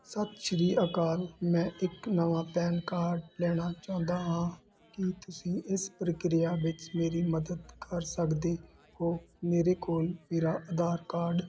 ਸਤਿ ਸ਼੍ਰੀ ਅਕਾਲ ਮੈਂ ਇੱਕ ਨਵਾਂ ਪੈਨ ਕਾਰਡ ਲੈਣਾ ਚਾਹੁੰਦਾ ਹਾਂ ਕੀ ਤੁਸੀਂ ਇਸ ਪ੍ਰਕਿਰਿਆ ਵਿੱਚ ਮੇਰੀ ਮਦਦ ਕਰ ਸਕਦੇ ਹੋ ਮੇਰੇ ਕੋਲ ਮੇਰਾ ਅਧਾਰ ਕਾਰਡ